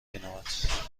بینمت